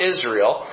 Israel